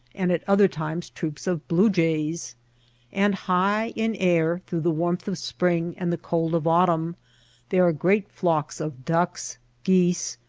and at other times troops of blue-jays. and high in air through the warmth of spring and the cold of autumn there are great flocks of ducks, geese,